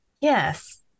yes